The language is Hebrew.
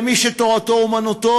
מי שתורתו-אומנותו,